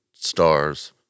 Stars